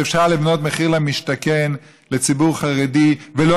ואפשר לבנות במחיר למשתכן לציבור חרדי ולא